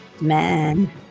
man